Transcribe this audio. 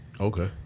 Okay